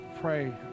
pray